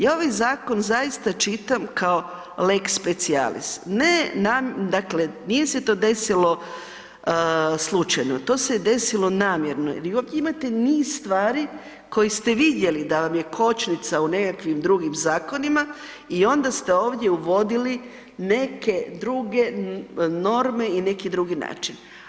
Ja ovaj zakon zaista čitam kao lex specialis, ne, dakle, nije se to desilo slučajno, to se desilo namjerno jer ovdje imate niz stvari koji ste vidjeli da vam je kočnica u nekakvim drugim zakonima i onda ste ovdje uvodili neke druge norme i neki drugi način.